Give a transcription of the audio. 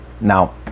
Now